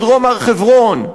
בדרום הר-חברון.